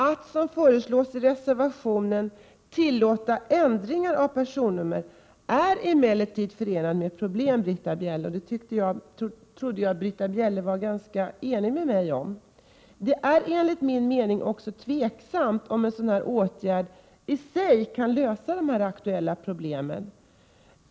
Att som föreslås i reservationen tillåta ändringar av personnummer är emellertid förenat med problem, Britta Bjelle. Det trodde jag Britta Bjelle var överens med mig om. Det är enligt min mening också osäkert om en sådan åtgärd i sig kan lösa de aktuella problemen.